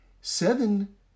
Seven